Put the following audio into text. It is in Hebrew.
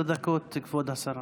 עשר דקות, כבוד השרה.